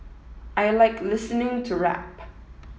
I like listening to rap